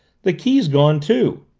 the key's gone too.